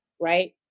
right